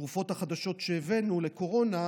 התרופות החדשות שהבאנו לקורונה,